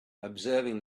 observing